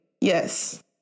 yes